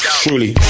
truly